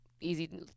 easy